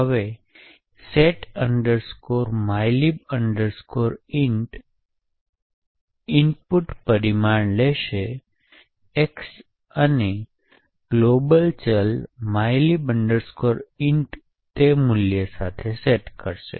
હવે set mylib int input પરિમાણલેશે X અને ગ્લોબલ ચલ mylib int તે મૂલ્ય સાથે સેટ કરશે